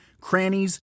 crannies